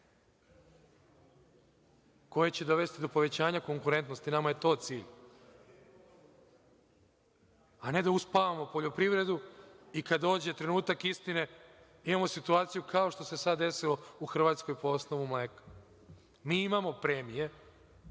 koje će dovesti do povećanja konkurentnosti. Nama je to cilj, a ne da uspavamo poljoprivredu i kad dođe trenutak istine imamo situaciju kao što se sad desilo u Hrvatskoj po osnovu mleka. Mi imamo premije